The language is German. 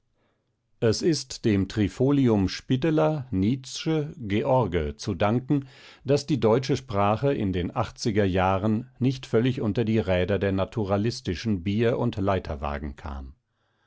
es ist dem trifolium spitteler nietzsche george zu danken daß die deutsche sprache in den achtziger jahren nicht völlig unter die räder der naturalistischen bier und leiterwagen kam